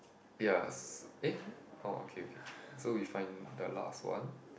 ya s~ eh orh okay okay so we find the last one